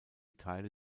teile